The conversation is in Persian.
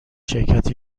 شرکت